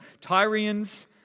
Tyrians